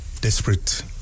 desperate